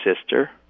sister